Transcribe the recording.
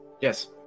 Yes